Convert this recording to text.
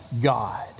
God